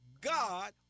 God